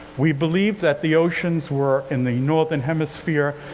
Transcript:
we believe that the oceans were in the northern hemisphere,